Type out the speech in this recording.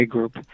Group